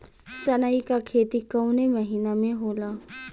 सनई का खेती कवने महीना में होला?